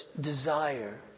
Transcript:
desire